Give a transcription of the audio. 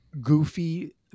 goofy